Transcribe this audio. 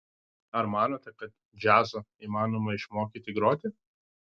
ar manote kad džiazo įmanoma išmokyti groti